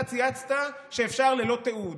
אתה צייצת שאפשר ללא תיעוד.